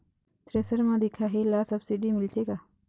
Thresher म दिखाही ला सब्सिडी मिलथे का?